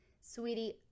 Sweetie